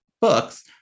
books